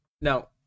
Now